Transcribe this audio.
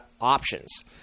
options